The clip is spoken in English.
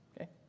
okay